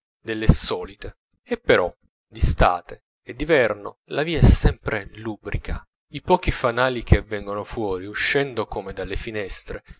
delle solite e però di state e di verno la via è sempre lubrica i pochi fanali che vengono fuori uscendo come dalle finestre